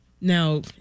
Now